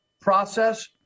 process